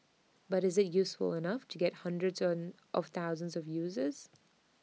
but is IT useful enough to get hundreds on of thousands of users